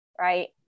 right